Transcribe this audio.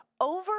Over